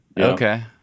Okay